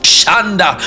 Shanda